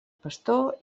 pastor